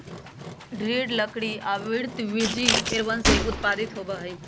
दृढ़ लकड़ी आवृतबीजी पेड़वन से उत्पादित होबा हई